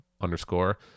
underscore